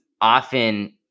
often